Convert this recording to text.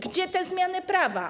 Gdzie te zmiany prawa?